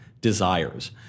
desires